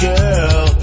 Girl